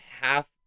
half